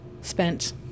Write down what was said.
spent